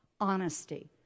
honesty